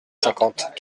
cinquante